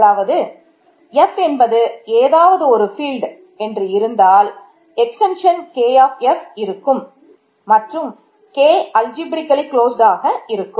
முதலாவது F என்பது ஏதாவது ஒரு ஃபீல்ட் இருக்கும்